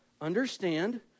Understand